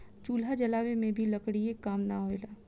चूल्हा जलावे में भी लकड़ीये न काम आवेला